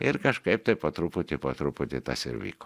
ir kažkaip tai po truputį po truputį tas ir vyko